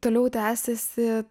toliau tęsėsi